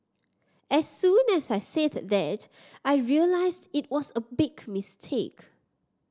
as soon as I said that I realised it was a big mistake